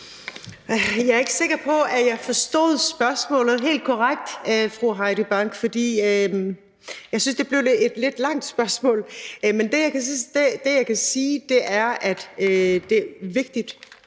Jeg er ikke sikker på, jeg forstod spørgsmålet helt korrekt, fru Heidi Bank. For jeg synes, at det blev lidt et langt spørgsmål. Men det, jeg kan sige, er, at det er vigtigt,